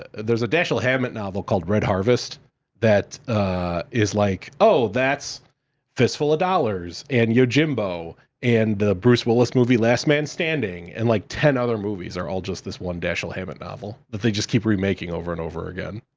there's a dashiell hammett novel called red harvest that is, like, oh, that's fistful of dollars and yojimbo and the bruce willis movie, last man standing and, like, ten other movies are all just this one dashiell hammett novel that they just remaking over and over again.